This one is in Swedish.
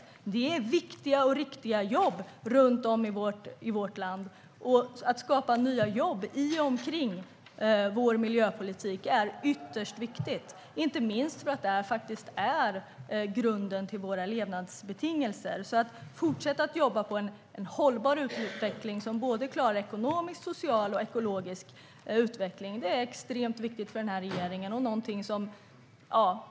Det handlar om viktiga och riktiga jobb runt om i vårt land. Att skapa nya jobb i och omkring vår miljöpolitik är ytterst viktigt, inte minst för att det är grunden för våra levnadsbetingelser. Att fortsätta jobba för en hållbar utveckling, som klarar ekonomisk, social och ekologisk utveckling, är extremt viktigt för denna regering.